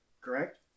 Correct